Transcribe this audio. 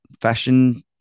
fashion